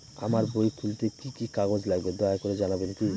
আমার বই খুলতে কি কি কাগজ লাগবে দয়া করে জানাবেন কি?